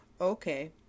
okay